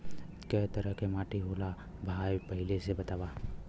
कै तरह के माटी होला भाय पहिले इ बतावा?